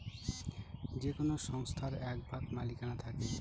যে কোনো সংস্থার এক ভাগ মালিকানা থাকে